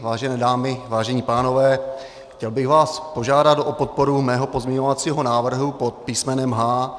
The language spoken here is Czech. Vážené dámy, vážení pánové, chtěl bych vás požádat o podporu mého pozměňovacího návrhu pod písmenem H.